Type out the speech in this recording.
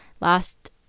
last